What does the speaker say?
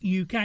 UK